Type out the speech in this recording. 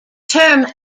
term